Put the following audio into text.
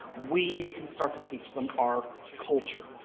we can start to teach them our culture.